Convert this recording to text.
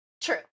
True